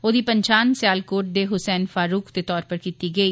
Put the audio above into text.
ओह्दी पंछान सेयालकोट दे हुसैन फारूक दे तौरे पर कीती गेई